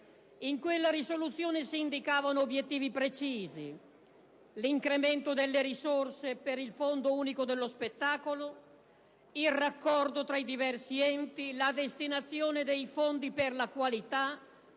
In quella risoluzione si indicavano obiettivi precisi: l'incremento delle risorse per il Fondo unico per lo spettacolo, il raccordo tra i diversi enti, la destinazione dei fondi per la qualità,